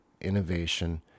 innovation